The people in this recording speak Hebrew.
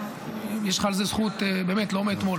יש לך על זה זכות לא מאתמול,